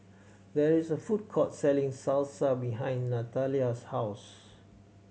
there is a food court selling Salsa behind Natalia's house